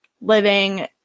living